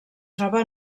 troba